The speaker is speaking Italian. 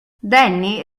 danny